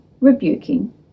rebuking